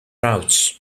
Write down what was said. routes